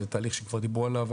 זה תהליך שכבר דיברו עליו.